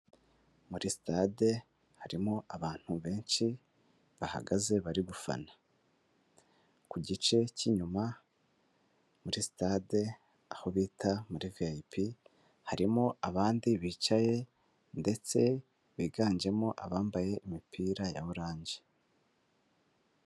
Muri sitade harimo abantu benshi bahagaze bari gufana, ku gice cy'inyuma muri sitade aho bita muri viyayipi harimo abandi bicaye ndetse biganjemo abambaye imipira ya oranje.